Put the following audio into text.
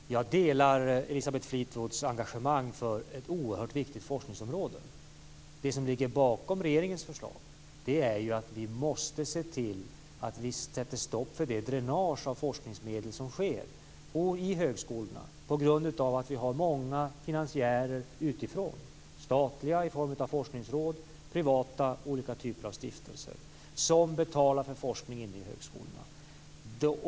Fru talman! Jag delar Elisabeth Fleetwoods engagemang för ett oerhört viktigt forskningsområde. Det som ligger bakom regeringens förslag är att vi måste se till att vi sätter stopp för det dränage av forskningsmedel som sker i högskolorna på grund av att vi har många finansiärer utifrån - statliga i form av forskningsråd, privata och olika typer av stiftelser - som betalar för forskningen vid högskolorna.